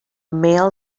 male